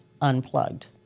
unplugged